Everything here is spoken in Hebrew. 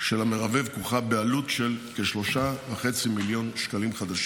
של המרבב כרוכה בעלות של כ-3.5 מיליון שקלים,